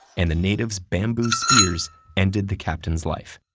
and the native's bamboo spears ended the captain's life.